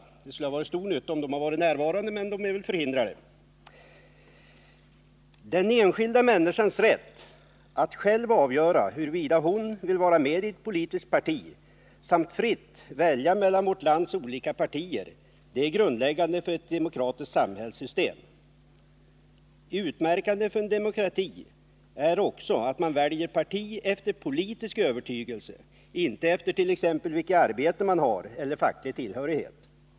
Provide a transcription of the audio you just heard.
Det hade varit till stor nytta om de varit närvarande, men de är väl förhindrade. Herr talman! Den enskilda människans rätt att själv avgöra huruvida hon vill vara med i ett politiskt parti samt att fritt välja mellan vårt lands olika partier är grundläggande för ett demokratiskt samhällssystem. Utmärkande för en demokrati är också att man väljer parti efter politisk övertygelse — inte efter t.ex. vilket arbete man har eller facklig tillhörighet.